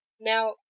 Now